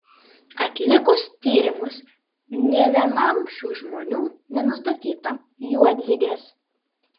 atlikus tyrimus nė vienam šių žmonių nenustatyta juodligės